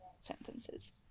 sentences